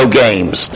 games